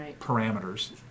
parameters